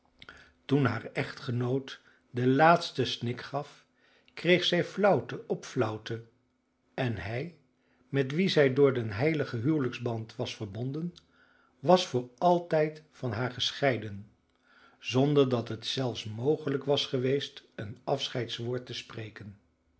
toen haar echtgenoot den laatsten snik gaf kreeg zij flauwte op flauwte en hij met wien zij door den heiligen huwelijksband was verbonden was voor altijd van haar gescheiden zonder dat het zelfs mogelijk was geweest een afscheidswoord te spreken